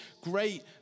great